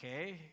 Okay